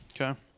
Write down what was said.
okay